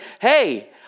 hey